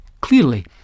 Clearly